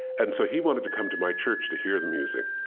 and so he wanted to come to my church to hear the music.